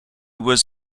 was